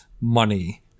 Money